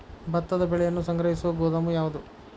ಭತ್ತದ ಬೆಳೆಯನ್ನು ಸಂಗ್ರಹಿಸುವ ಗೋದಾಮು ಯಾವದು?